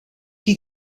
die